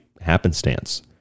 happenstance